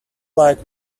like